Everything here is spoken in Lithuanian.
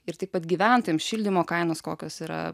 ir taip pat gyventojam šildymo kainos kokios yra